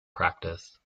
practice